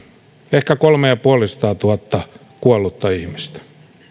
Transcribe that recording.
ehkä kolme ja puolisataatuhatta kuollutta ihmistä